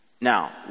Now